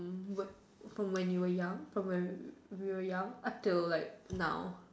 from when you were young from when were young up till like now